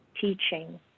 teaching